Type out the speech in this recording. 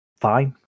fine